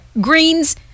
greens